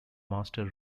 master